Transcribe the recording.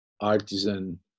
artisan